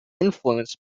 influenced